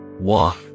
Walk